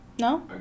No